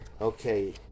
Okay